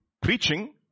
preaching